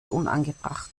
unangebracht